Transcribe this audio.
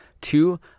Two